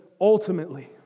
ultimately